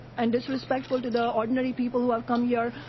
and disrespectful to the ordinary people who have come here.